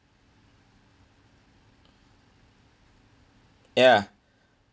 ya